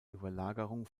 überlagerung